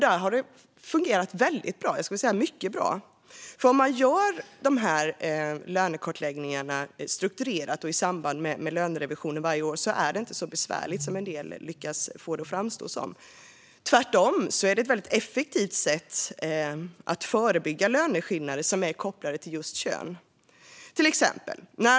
Där har det fungerat mycket bra. Om man gör lönekartläggningar strukturerat och i samband med lönerevisionen varje år är det inte så besvärligt som en del vill få det att framstå som. Tvärtom är det ett väldigt effektivt sätt för att förebygga löneskillnader som är kopplade till just kön. Låt mig ta ett exempel.